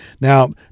Now